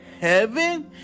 heaven